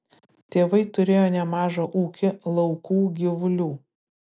tėvai turėjo nemažą ūkį laukų gyvulių